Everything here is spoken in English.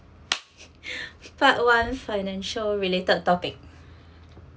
part one financial related topic